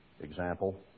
example